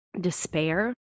despair